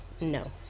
No